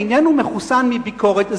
העניין לא מחוסן מביקורת.